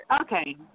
Okay